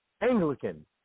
Anglican